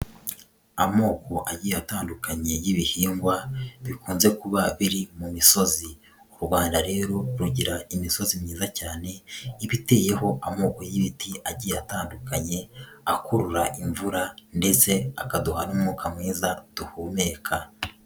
Amoko agiye atandukanye y'ibihingwa, bikunze kuba biri mu misozi, u Rwanda rero rugira imisozi myiza cyane, iba iteyeho amoko y'ibiti agiye atandukanye, akurura imvura ndetse akaduha n'umwuka mwiza duhumeka.